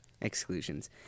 exclusions